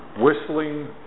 Whistling